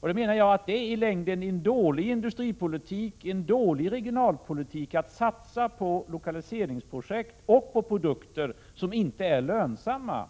Jag menar att det i längden är en dålig industripolitik och en dålig regionalpolitik att satsa på lokaliseringsprojekt och produkter som inte är lönsamma,